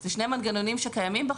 אלה שני מנגנונים שקיימים בחוק.